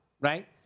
right